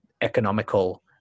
economical